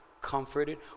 comforted